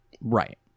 Right